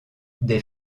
des